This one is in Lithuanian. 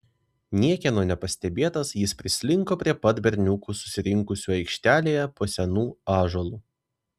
niekieno nepastebėtas jis prislinko prie pat berniukų susirinkusių aikštelėje po senu ąžuolu